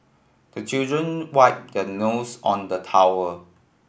the children wipe their nose on the towel